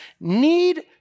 need